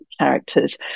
characters